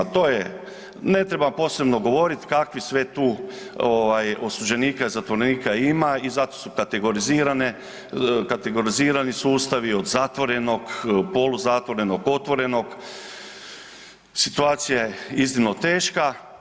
To je, ne treba posebno govoriti kakvi sve tu osuđenika i zatvorenika ima i zato su kategorizirani sustavi, od zatvorenog, poluzatvorenog, otvorenog, situacija je iznimno teška.